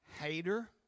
hater